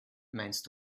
meinst